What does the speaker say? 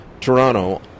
Toronto